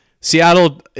Seattle